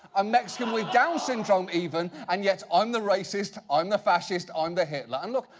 a mexican with down syndrome even. and yet i'm the racist, i'm the fascist, i'm the hitler. and look,